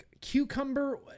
cucumber